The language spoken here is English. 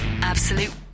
Absolute